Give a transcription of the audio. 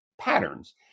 patterns